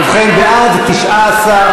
ובכן, בעד, 19,